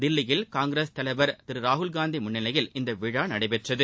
தில்லியில் காங்கிரஸ் தலைவர் திரு ராகுல் காந்தி முன்னிலையில் இந்த விழா நடைபெற்றது